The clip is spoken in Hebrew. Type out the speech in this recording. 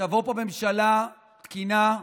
ותבוא פה ממשלה תקינה,